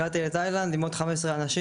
הגעתי לתאילנד עם עוד 15 אנשים,